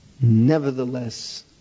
nevertheless